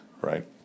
right